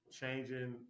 changing